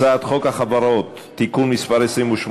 הצעת חוק החברות (תיקון מס' 28),